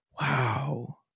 Wow